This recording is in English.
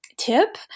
tip